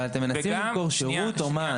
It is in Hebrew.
אבל אתם מנסים למכור שירות או מה?